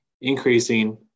increasing